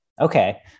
Okay